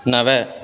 नव